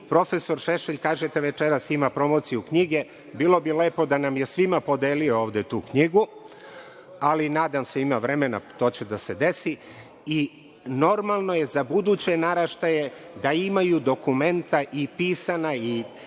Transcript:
Profesor Šešelj, kažete, večeras ima promociju knjige. Bilo bi lepo da nam je svima podelio ovde tu knjigu, ali nadam se, ima vremena, to će da se desi. Normalno je za buduće naraštaje da imaju dokumenta i pisana i